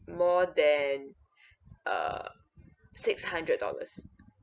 more than err six hundred dollars